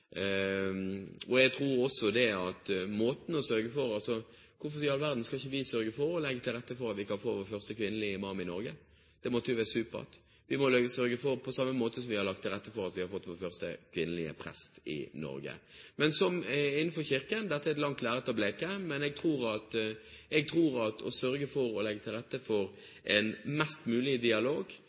Og hvorfor skal ikke vi legge til rette for at vi kan få vår første kvinnelige imam i Norge? Det måtte jo vært supert – på samme måte som vi la til rette for å få vår første kvinnelige prest i Norge. Men akkurat som innenfor Kirken er dette et langt lerret å bleke. Å sørge for å legge til rette for mest mulig dialog,